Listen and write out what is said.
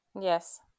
Yes